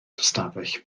ystafell